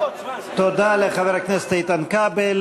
תודה לחבר הכנסת איתן כבל.